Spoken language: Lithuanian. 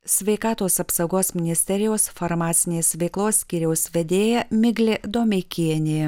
sveikatos apsaugos ministerijos farmacinės veiklos skyriaus vedėja miglė domeikienė